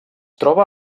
troba